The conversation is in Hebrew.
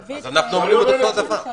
בבקשה.